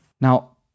Now